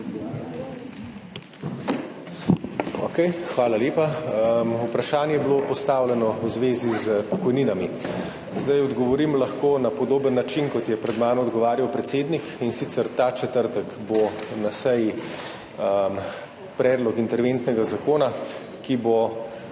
Hvala lepa. Vprašanje je bilo postavljeno v zvezi s pokojninami. Odgovorim lahko na podoben način, kot je pred mano odgovarjal predsednik, in sicer ta četrtek bo na seji predlog interventnega zakona, ki bo urejal